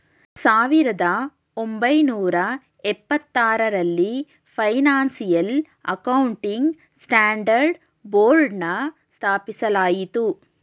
ಸಾವಿರದ ಒಂಬೈನೂರ ಎಪ್ಪತಾರರಲ್ಲಿ ಫೈನಾನ್ಸಿಯಲ್ ಅಕೌಂಟಿಂಗ್ ಸ್ಟ್ಯಾಂಡರ್ಡ್ ಬೋರ್ಡ್ನ ಸ್ಥಾಪಿಸಲಾಯಿತು